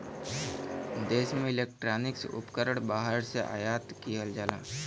देश में इलेक्ट्रॉनिक उपकरण बाहर से आयात किहल जाला